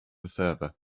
server